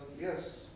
yes